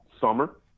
Summer